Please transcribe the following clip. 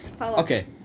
Okay